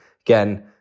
Again